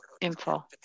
info